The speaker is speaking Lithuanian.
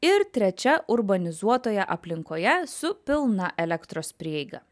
ir trečia urbanizuotoje aplinkoje su pilna elektros prieiga